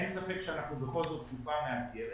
אין ספק שאנחנו בכל זאת בתקופה מאתגרת,